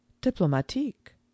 diplomatique